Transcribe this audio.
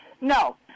No